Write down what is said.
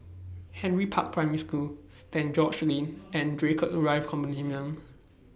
Henry Park Primary School Saint George's Lane and Draycott Drive Condominium